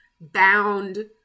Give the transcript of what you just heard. bound